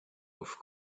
off